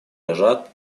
лежат